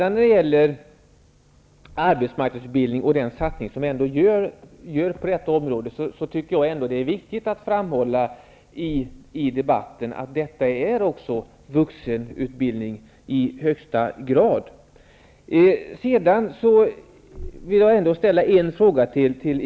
När det gäller arbetsmarknadsutbildningen och den satsning som görs på detta område tycker jag att det är viktigt att i debatten framhålla att detta i högsta grad rör sig om vuxenutbildning.